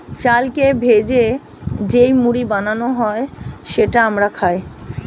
চালকে ভেজে যেই মুড়ি বানানো হয় সেটা আমরা খাই